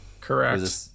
Correct